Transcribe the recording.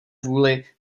vůli